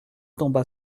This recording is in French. tomba